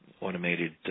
automated